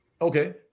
Okay